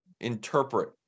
interpret